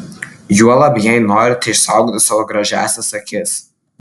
juolab jei norite išsaugoti savo gražiąsias akis